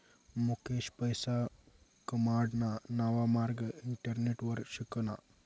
मुकेश पैसा कमाडाना नवा मार्ग इंटरनेटवर शिकना